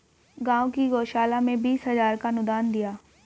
गांव की गौशाला में बीस हजार का अनुदान दिया